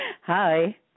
hi